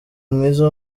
mwiza